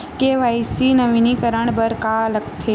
KYC नवीनीकरण बर का का लगथे?